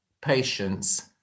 patience